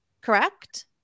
correct